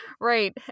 Right